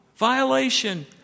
Violation